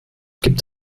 gibt